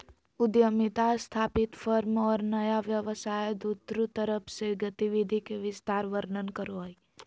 उद्यमिता स्थापित फर्म और नया व्यवसाय दुन्नु तरफ से गतिविधि के विस्तार वर्णन करो हइ